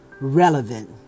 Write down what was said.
relevant